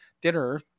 dinner